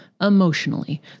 emotionally